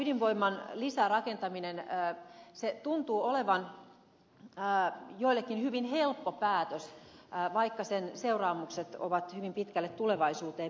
ydinvoiman lisärakentaminen tuntuu olevan joillekin hyvin helppo päätös vaikka sen seuraamukset ovat myöskin hyvin pitkälle tulevaisuuteen